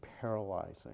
paralyzing